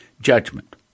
judgment